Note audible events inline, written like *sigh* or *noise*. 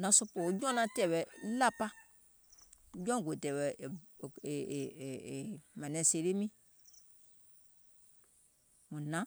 naŋ sopoò jɔùŋ naŋ tɛ̀ɛ̀wɛ̀ lȧpa, jɔùŋ gò tɛ̀ɛ̀wɛ̀ *hesitation* è nɛ̀ŋ sèèle miiŋ, mùŋ hnȧŋ